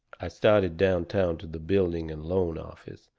i started downtown to the building and loan office,